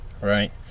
right